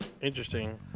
Interesting